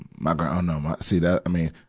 my gra oh, no my, see, that, i mean,